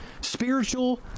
Spiritual